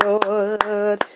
Lord